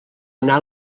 anar